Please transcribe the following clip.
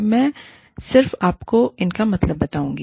मैं सिर्फ आपको इनका मतलब बताऊंगी